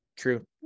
true